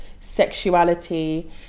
sexuality